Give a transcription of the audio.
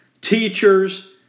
teachers